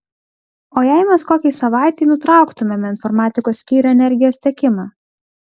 o jei mes kokiai savaitei nutrauktumėme informatikos skyriui energijos tiekimą